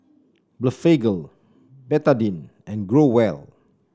Blephagel Betadine and Growell